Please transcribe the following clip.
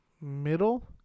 middle